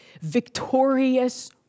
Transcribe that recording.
victorious